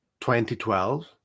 2012